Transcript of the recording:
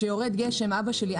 כשיורד גשם אבא שלי,